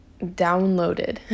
downloaded